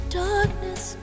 darkness